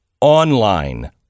online